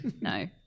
No